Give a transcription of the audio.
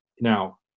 Now